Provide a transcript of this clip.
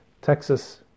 Texas